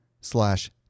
slash